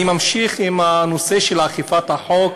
אני ממשיך בנושא של אכיפת החוק